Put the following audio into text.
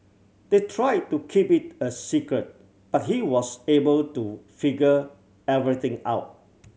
they tried to keep it a secret but he was able to figure everything out